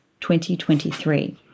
2023